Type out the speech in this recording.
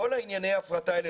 כל ענייני ההפרטה האלה,